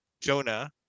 jonah